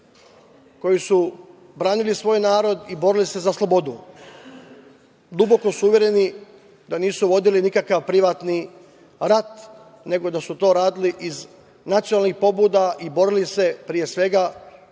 koji su branili svoj narod i branili se za slobodu. Duboko su uvereni da nisu vodili nikakav privatni rat, nego da su to radili iz nacionalnih pobuda i borili se, pre svega, protiv